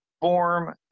form